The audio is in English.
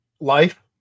Life